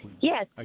Yes